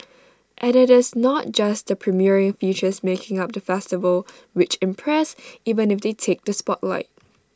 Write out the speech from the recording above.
and IT is not just the premiering features making up the festival which impress even if they take the spotlight